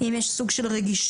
אם יש סוג של רגישות.